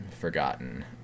forgotten